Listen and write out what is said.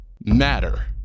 matter